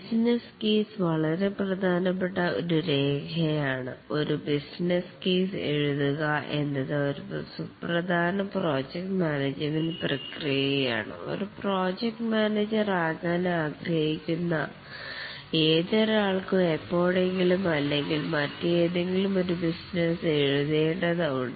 business case വളരെ പ്രധാനപ്പെട്ട ഒരു രേഖയാണ് ആണ് ഒരു ബിസിനസ് കേസ് എഴുതുക എന്നത് ഒരു സുപ്രധാന പ്രോജക്ട് മാനേജ്മെൻറ് പ്രക്രിയയാണ് ഒരു പ്രോജക്ട് മാനേജർ ആകാൻ ആഗ്രഹിക്കുന്ന ഏതൊരാൾക്കും എപ്പോഴെങ്കിലും അല്ലെങ്കിൽ മറ്റെന്തെങ്കിലും ഒരു ബിസിനസ് കേസ് എഴുതേണ്ടത് ഉണ്ട്